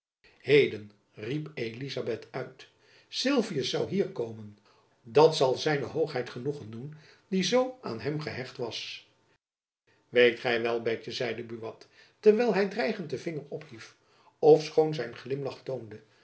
heden riep elizabeth uit sylvius zoû hier komen dat zal z hoogheid genoegen doen die zoo aan hem gehecht was weet gy wel betjen zeide buat terwijl hy dreigend den vinger ophief ofschoon zijn glimlach toonde